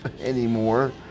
anymore